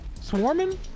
Swarming